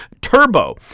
Turbo